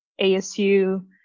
ASU